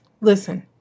listen